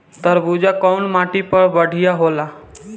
तरबूज कउन माटी पर बढ़ीया होला?